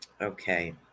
Okay